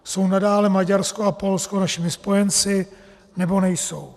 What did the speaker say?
Jsou nadále Maďarsko a Polsko našimi spojenci, nebo nejsou?